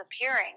appearing